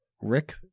Rick